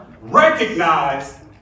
recognize